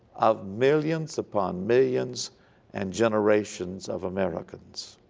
of millions upon millions and generations of americans.